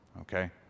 Okay